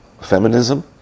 feminism